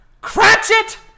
Cratchit